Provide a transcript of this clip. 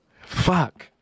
Fuck